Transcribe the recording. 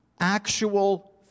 actual